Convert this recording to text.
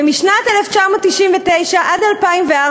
ומשנת 1999 עד 2004,